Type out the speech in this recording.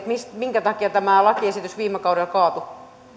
minkä takia tämä lakiesitys viime kaudella kaatui